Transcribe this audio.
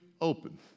open